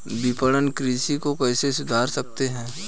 विपणन कृषि को कैसे सुधार सकते हैं?